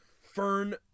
fern